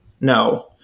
no